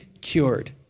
cured